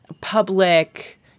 public